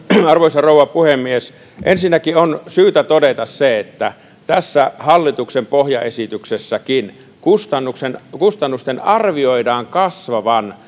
arvoisa rouva puhemies ensinnäkin on syytä todeta se että tässä hallituksen pohjaesityksessäkin kustannusten kustannusten arvioidaan kasvavan